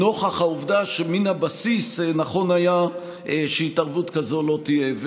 נוכח העובדה שמן הבסיס נכון היה שהתערבות כזאת לא תהיה.